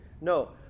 No